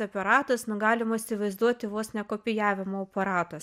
aparatas nu galima įsivaizduoti vos ne kopijavimo aparatas